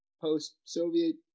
post-Soviet